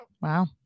Wow